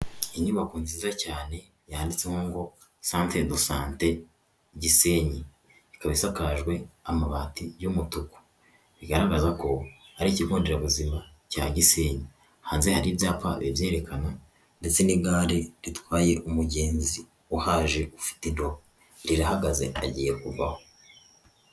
Inyubako nziza cyane yanditse ngo santere do sante Gisenyi, ikaba isakajwe amabati y'umutuku bigaragaza ko ari ikigo nderabuzima cya Gisenyi, hanze hari ibyapa bibyerekana ndetse n'igare ritwaye umugenzi uhaje ufite indobo rirahagaze agiye kuvaho.